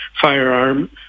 firearm